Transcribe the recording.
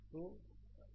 तो है